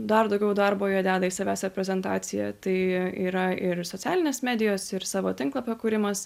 dar daugiau darbo jie deda į savęs reprezentaciją tai yra ir socialinės medijos ir savo tinklapio kūrimas